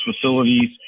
facilities